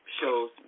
shows